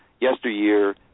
yesteryear